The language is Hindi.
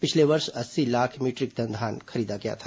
पिछले वर्ष अस्सी लाख मीटरिक टन धान खरीदा गया था